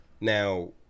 Now